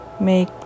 make